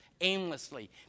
aimlessly